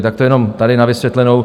Tak to jenom tady na vysvětlenou.